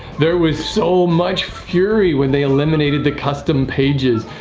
there was so much fury when they eliminated the custom pages.